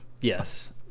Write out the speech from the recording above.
Yes